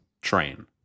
Train